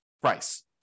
price